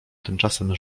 tymczasem